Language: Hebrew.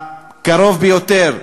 הקרוב ביותר,